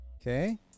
okay